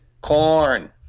corn